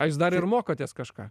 a jūs dar ir mokotės kažką